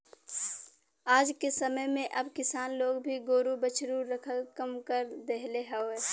आजके समय में अब किसान लोग भी गोरु बछरू रखल कम कर देहले हउव